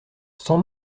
sans